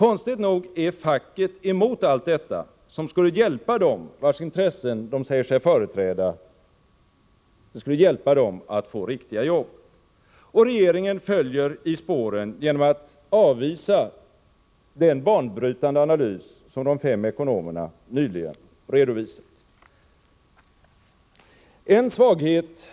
Konstigt nog är facket emot allt detta som skulle hjälpa dem, vars intressen facket säger sig företräda, att få riktiga jobb. Regeringen följer i spåren genom att avvisa den banbrytande analys som de fem ekonomerna nyligen redovisat. Herr talman!